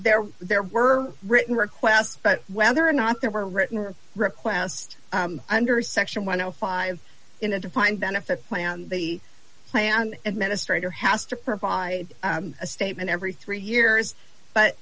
were there were written request but whether or not there were written or request under section one o five in a defined benefit plan the plan administrator has to provide a statement every three years but